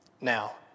Now